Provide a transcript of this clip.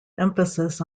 emphasis